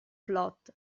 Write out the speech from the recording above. plot